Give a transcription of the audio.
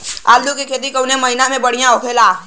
आलू क खेती कवने महीना में बढ़ियां होला?